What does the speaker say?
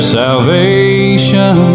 salvation